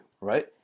right